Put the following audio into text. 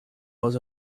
was